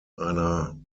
einer